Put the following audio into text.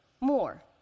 more